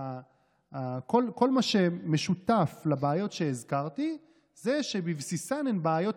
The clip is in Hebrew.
כל מה שמשותף לבעיות שהזכרתי זה שבבסיסן הן בעיות